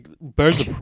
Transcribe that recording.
Birds